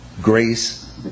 Grace